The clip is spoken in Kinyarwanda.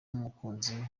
numukunzi